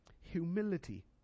Humility